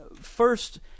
First